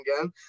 again